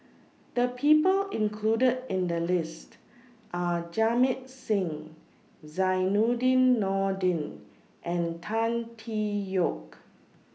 The People included in The list Are Jamit Singh Zainudin Nordin and Tan Tee Yoke